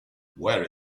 wear